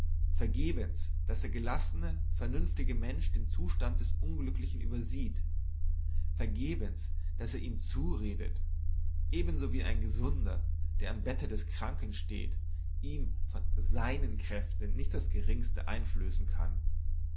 vergebens daß der gelassene vernünftige mensch den zustand unglücklichen übersieht vergebens daß er ihm zuredet ebenso wie ein gesunder der am bette des kranken steht ihm von seinen kräften nicht das geringste einflößen kann